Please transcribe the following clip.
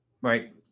Right